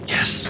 Yes